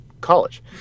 college